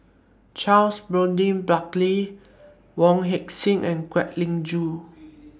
Charles Burton Buckley Wong Heck Sing and Kwek Leng Joo